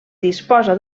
disposa